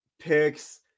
picks